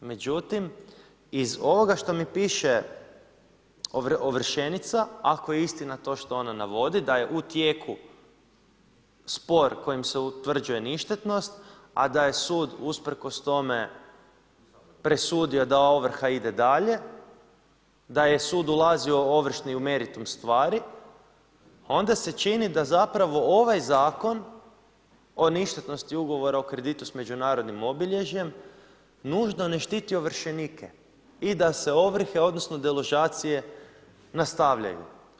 Međutim iz ovoga što mi piše ovršenica, ako je istina to što ona navodi da je u tijeku spor kojim se utvrđuje ništetnost, a da je sud usprkos tome presudio da ovrha ide dalje, da je sud ulazio ovršni u meritum stvari, onda se čini da zapravo ovaj Zakon o ništetnosti ugovora o kreditu s međunarodnim obilježjem nužno ne štiti ovršenike i da se ovrhe, odnosno deložacije nastavljaju.